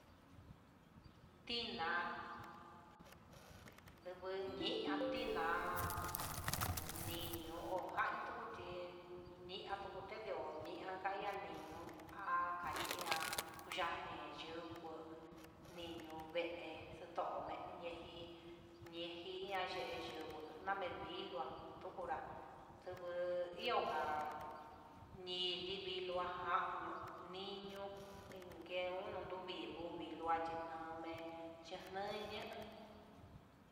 Tiná ndiguniá tiná niño, kandia tukutute nianka niñunka ha kachi ihá yuu nino vee to meñejii, nijiña yeyuu name ndia tukunrá tuvuu lionka ni ndivii lajanió niño inke uno nruvii vuvi loachí name chunuño.